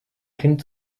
kind